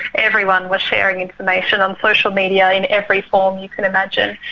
everyone was sharing information on social media, in every form you could imagine.